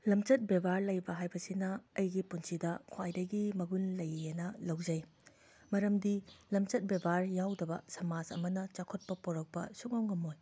ꯂꯝꯆꯠ ꯕꯦꯕꯥꯔ ꯂꯩꯕ ꯍꯥꯏꯕꯁꯤꯅ ꯑꯩꯒꯤ ꯄꯨꯟꯁꯤꯗ ꯈ꯭ꯋꯥꯏꯗꯒꯤ ꯃꯒꯨꯟ ꯂꯩꯌꯦꯅ ꯂꯧꯖꯩ ꯃꯔꯝꯗꯤ ꯂꯝꯆꯠ ꯕꯦꯕꯥꯔ ꯌꯥꯎꯗꯕ ꯁꯃꯥꯖ ꯑꯃꯅ ꯆꯥꯎꯈꯠꯄ ꯄꯣꯔꯛꯄ ꯁꯨꯛꯉꯝ ꯉꯝꯃꯣꯏ